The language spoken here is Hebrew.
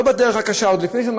לא בדרך הקשה,